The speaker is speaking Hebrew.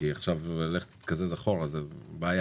כי להתקזז אחורה זאת בעיה.